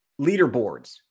leaderboards